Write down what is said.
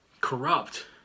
corrupt